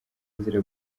azira